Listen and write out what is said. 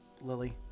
Lily